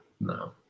no